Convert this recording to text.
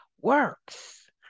Works